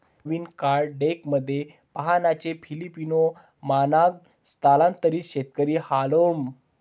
नवीन card डेकमध्ये फाहानचे Filipino मानॉन्ग स्थलांतरित शेतकरी हार्लेम